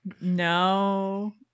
no